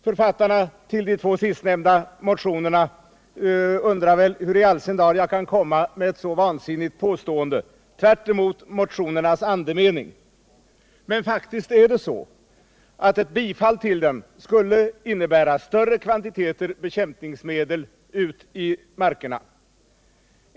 Författarna till de två sistnämnda motionerna undrar väl hur i all sin dar jag kan komma med ett så vansinnigt påstående, tvärtemot motionernas andemening. Men faktiskt är det så, att ett bifall till dem skulle innebära större kvantiteter bekämpningsmedel i markerna.